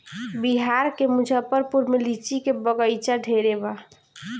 बिहार के मुजफ्फरपुर में लीची के बगइचा ढेरे बा